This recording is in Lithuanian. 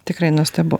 tikrai nuostabu